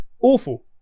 Awful